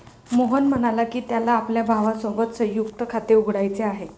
मोहन म्हणाला की, त्याला आपल्या भावासोबत संयुक्त खाते उघडायचे आहे